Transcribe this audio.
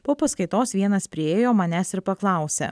po paskaitos vienas priėjo manęs ir paklausė